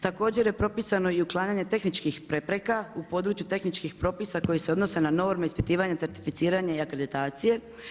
Također je propisano i uklanjanje tehničkih prepreka u području tehničkih propisa koji se odnose na norme, prepisivanje, certificiranje i akreditacije.